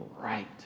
right